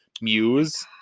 muse